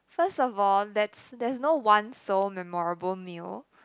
first of all that's there's no one sole memorable meal